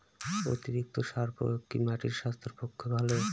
অতিরিক্ত সার প্রয়োগ কি মাটির স্বাস্থ্যের পক্ষে ভালো?